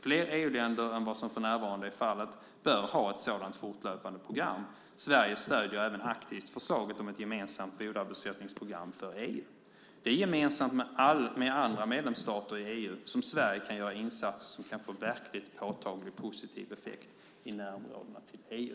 Fler EU-länder än vad som för närvarande är fallet bör ha ett sådant fortlöpande program. Sverige stöder även aktivt förslaget om ett gemensamt vidarebosättningsprogram för EU. Det är gemensamt med andra medlemsstater i EU som Sverige kan göra insatser som kan få verkligt påtaglig positiv effekt i närområdena till EU.